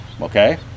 Okay